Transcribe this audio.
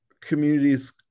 communities